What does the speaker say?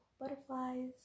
butterflies